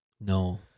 No